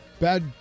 bad